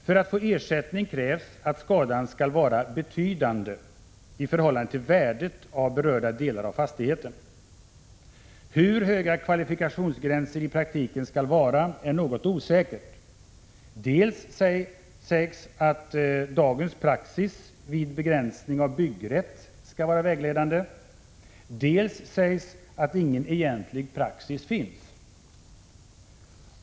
För att få ersättning krävs att skadan skall vara betydande i förhållande till värdet av berörda delar av fastigheten. Hur höga kvalifikationsgränserna i praktiken skall vara är något osäkert. Dels sägs att dagens praxis vid begränsning av byggrätt skall vara vägledande, dels sägs att ingen egentlig praxis finns.